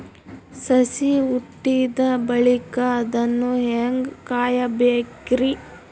ಸಸಿ ಹುಟ್ಟಿದ ಬಳಿಕ ಅದನ್ನು ಹೇಂಗ ಕಾಯಬೇಕಿರಿ?